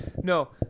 No